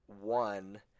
one